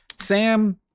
Sam